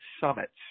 summits